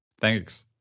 Thanks